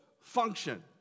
function